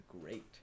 great